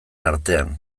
artean